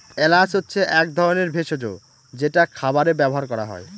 এলাচ হচ্ছে এক ধরনের ভেষজ যেটা খাবারে ব্যবহার করা হয়